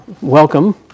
welcome